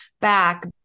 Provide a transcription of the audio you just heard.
back